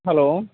hello